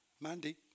Mandy